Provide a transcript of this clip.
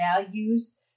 values